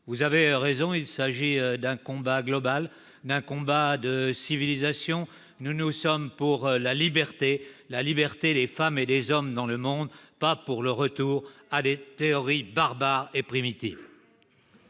Vous avez raison, il s'agit d'un combat global, d'un combat de civilisation. Nous, nous sommes pour la liberté, la liberté des femmes et des hommes dans le monde ; nous ne sommes pas pour le retour à des théories barbares et primitives.